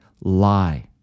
lie